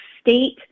state